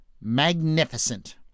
magnificent